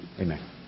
Amen